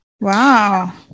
Wow